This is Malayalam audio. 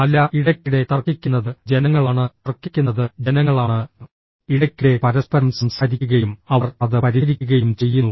അല്ല ഇടയ്ക്കിടെ തർക്കിക്കുന്നത് ജനങ്ങളാണ് തർക്കിക്കുന്നത് ജനങ്ങളാണ് ഇടയ്ക്കിടെ പരസ്പരം സംസാരിക്കുകയും അവർ അത് പരിഹരിക്കുകയും ചെയ്യുന്നു